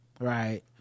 Right